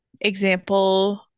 Example